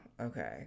okay